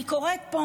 אני קוראת פה,